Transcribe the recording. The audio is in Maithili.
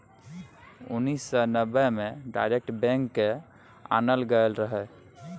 उन्नैस सय नब्बे मे डायरेक्ट बैंक केँ आनल गेल रहय